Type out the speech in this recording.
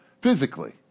physically